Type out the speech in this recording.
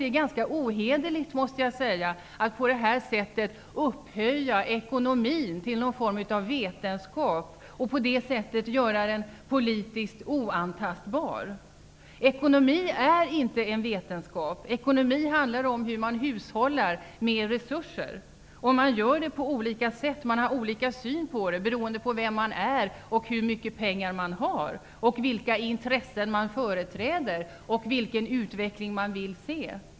Det är ganska ohederligt att på detta sätt upphöja nationalekonomin till någon form av vetenskap och på det sättet gör den politiskt oantastbar. Nationalekonomi är inte en vetenskap. Ekonomi handlar om hur man hushållar med resurser, och det gör man på olika sätt. Man har olika syn på det beroende på vem man är, hur mycket pengar man har, vilka intressen man företräder och vilken utveckling man vill se.